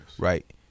Right